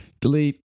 Delete